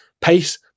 pace